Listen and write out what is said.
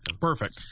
Perfect